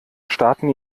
starten